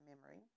memory